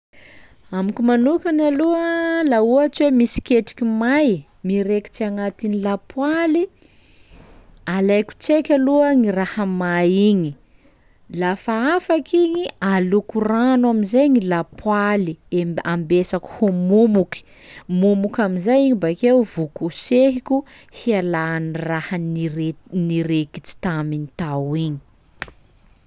Amiko manokany aloha laha ohatsy hoe misy ketriky may mirekitsy agnatin'ny lapoaly, alaiko tseky aloha gny raha may igny, lafa afaka igny aloko rano am'izay ny lapoaly emb- ambesako ho momoky, momoka am'izay iny bakeo vao kosehiko hialan'ny raha nire- nirekitsy taminy tao igny.